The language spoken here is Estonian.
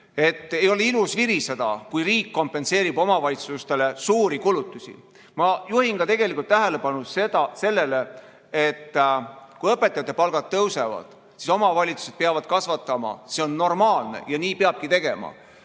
et ei ole ilus viriseda, kui riik kompenseerib omavalitsustele suuri kulutusi. Ma juhin aga tähelepanu sellele, et kui õpetajate palgad tõusevad, siis omavalitsused peavad kasvatama – see on normaalne ja nii peabki tegema